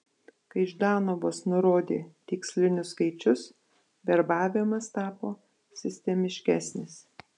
kai ždanovas nurodė tikslinius skaičius verbavimas tapo sistemiškesnis